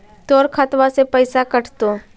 तोर खतबा से पैसा कटतो?